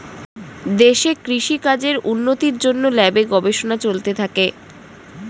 দেশে কৃষি কাজের উন্নতির জন্যে ল্যাবে গবেষণা চলতে থাকে